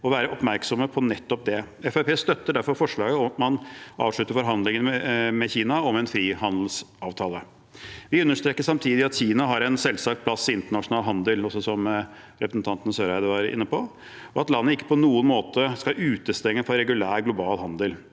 å være oppmerksomme på nettopp det. Fremskrittspartiet støtter derfor forslaget om at man avslutter forhandlingene med Kina om en frihandelsavtale. Vi understreker samtidig at Kina har en selvsagt plass i internasjonal handel – som også representanten Søreide var inne på – og at landet ikke på noen måte skal utestenges fra regulær global handel.